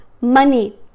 Money